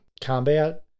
combat